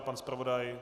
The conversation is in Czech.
Pan zpravodaj?